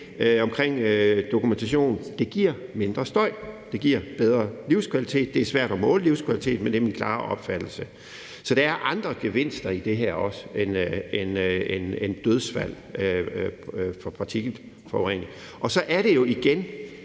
omkring dokumentation, at det giver mindre støj, det giver bedre livskvalitet. Det er svært at måle livskvalitet, men det er min klare opfattelse. Så der er andre gevinster i det her også end dødsfald på grund af partikelforurening. Og så er det jo,